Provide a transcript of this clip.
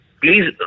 Please